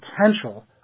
potential